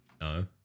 No